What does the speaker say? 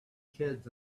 kids